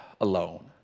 alone